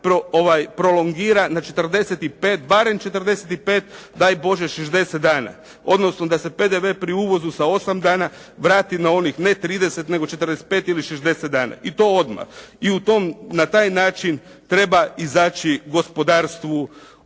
dana prolongira na 45, barem 45 daj Bože 60 dana, odnosno da se PDV pri uvozu sa 8 dana vrati na onih ne 30 nego 45 ili 60 dana i to odmah i u tom, na taj način treba izaći gospodarstvu dakako